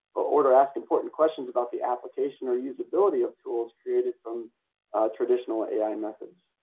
order ask important questions about the application or usability of tools created from traditional ai methods.